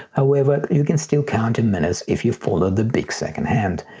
however, you can still count in minutes if you follow the big second hand.